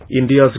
India's